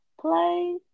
play